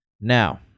Now